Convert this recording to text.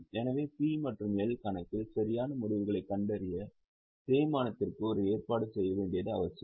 எனவே P மற்றும் L கணக்கில் சரியான முடிவுகளைக் கண்டறிய தேய்மானத்திற்கு ஒரு ஏற்பாடு செய்ய வேண்டியது அவசியம்